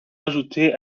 ajoutés